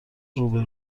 روبه